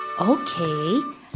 Okay